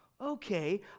okay